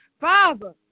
Father